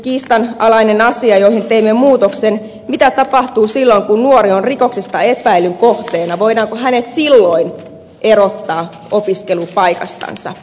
toinen kiistanalainen asia johon teimme muutoksen koskee sitä mitä tapahtuu silloin kun nuori on rikoksesta epäilyn kohteena voidaanko hänet silloin erottaa opiskelupaikastansa